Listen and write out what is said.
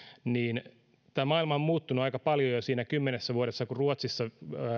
niin tämä maailma on muuttunut aika paljon jo kymmenessä vuodessa kun ruotsissa